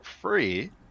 free